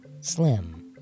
slim